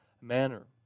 manner